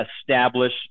establish